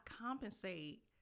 compensate